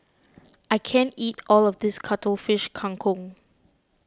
I can't eat all of this Cuttlefish Kang Kong